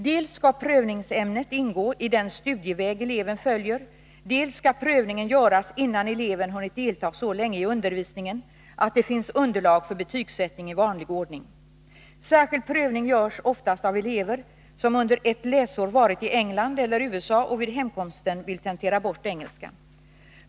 Dels skall prövningsämnet ingå i den studieväg eleven följer, dels skall prövningen göras innan eleven hunnit delta så länge i undervisningen, att det finns underlag för betygsättning i vanlig ordning. Särskild prövning görs oftast av elever som under ett läsår varit i England eller USA och vid hemkomsten vill tentera bort engelskan.